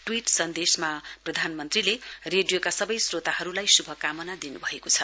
tweet सन्देशमा प्रधानमन्त्रीले रेडियोका सबै श्रोताहरुलाई शुभकामना दिनुभएको छ